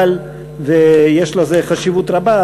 ויש לזה חשיבות רבה,